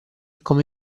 come